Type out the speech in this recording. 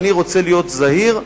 אני רוצה להיות זהיר,